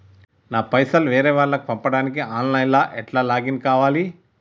నా పైసల్ వేరే వాళ్లకి పంపడానికి ఆన్ లైన్ లా ఎట్ల లాగిన్ కావాలి?